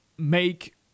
make